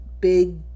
big